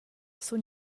sun